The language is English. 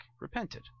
repented